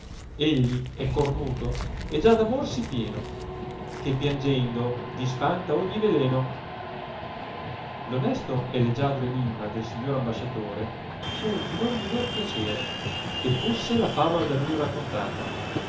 egli è cornuto e già d amor si pieno che piangendo disfanta ogni veleno l onesto e leggiadro enimma del signor ambasciatore fu di non minor piacere che fusse la favola da lui raccontata